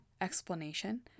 explanation